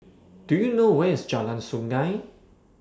Do YOU know Where IS Jalan Sungei